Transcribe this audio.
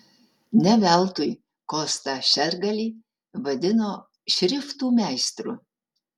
ne veltui kostą šergalį vadino šriftų meistru